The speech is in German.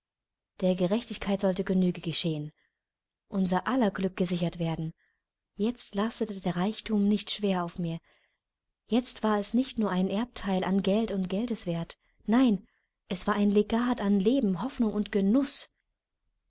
der gerechtigkeit sollte genüge geschehen unser aller glück gesichert werden jetzt lastete der reichtum nicht schwer auf mir jetzt war es nicht nur ein erbteil an geld und geldeswert nein es war ein legat an leben hoffnung und genuß